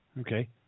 Okay